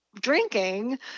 drinking